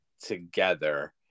together